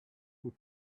who